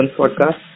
podcast